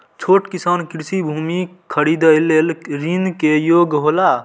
छोट किसान कृषि भूमि खरीदे लेल ऋण के योग्य हौला?